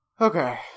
okay